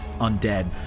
undead